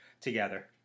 together